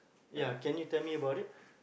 ya can you tell me about it